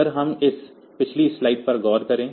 अगर हम इस पिछली स्लाइड पर गौर करें